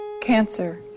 cancer